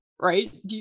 right